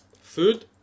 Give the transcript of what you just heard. food